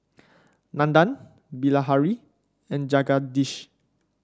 Nandan Bilahari and Jagadish